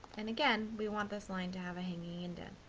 and again, we want this line to have a hanging indent.